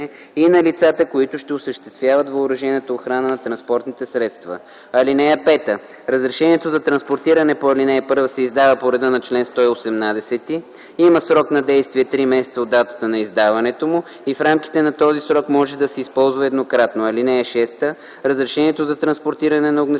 и на лицата, които ще осъществяват въоръжената охрана на транспортните средства. (5) Разрешението за транспортиране по ал. 1 се издава по реда на чл. 118, има срок на действие 3 месеца от датата на издаването му и в рамките на този срок може да се използва еднократно. (6) Разрешението за транспортиране на огнестрелни